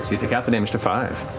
you take half the damage to five.